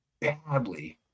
badly